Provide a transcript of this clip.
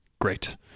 Great